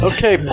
Okay